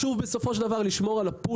בסופו של דבר חשוב לשמור על ה-pool.